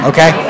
Okay